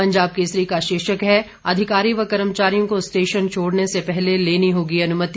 पंजाब केसरी का शीर्षक है अधिकारी व कर्मचारियों को स्टेशन छोड़ने से पहले लेनी होगी अनुमति